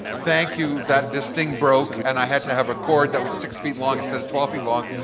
thank you that this thing broke and i had to have a cord that was six feet long instead of twelve feet long.